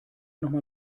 nochmal